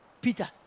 Peter